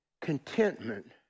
contentment